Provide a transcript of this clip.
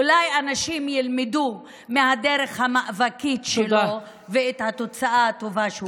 אולי אנשים ילמדו מהדרך המאבק שלו ומהתוצאה הטובה שהוא קיבל.